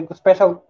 special